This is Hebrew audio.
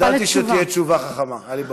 ידעתי שתהיה תשובה חכמה, היה לי ברור.